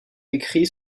écrit